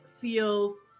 feels